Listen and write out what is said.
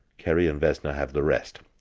ceri and vesna have the rest.